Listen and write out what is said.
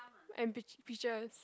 and peach peaches